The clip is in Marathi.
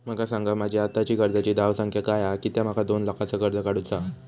माका सांगा माझी आत्ताची कर्जाची धावसंख्या काय हा कित्या माका दोन लाखाचा कर्ज काढू चा हा?